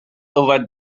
over